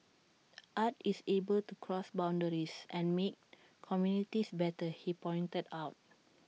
art is able to cross boundaries and make communities better he pointed out